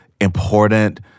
important